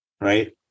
right